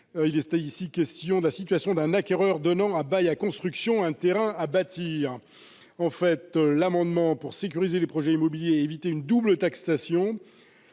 Il est ici question de la situation d'un acquéreur qui donne à bail à construction un terrain à bâtir. Nous souhaitons sécuriser les projets immobiliers et éviter une double taxation